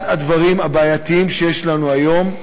אחד הדברים הבעייתיים שיש לנו היום,